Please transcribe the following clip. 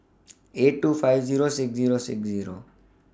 eight two five Zero six Zero six Zero